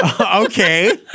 Okay